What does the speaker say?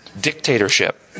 dictatorship